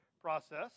process